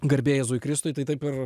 garbė jėzui kristui tai taip ir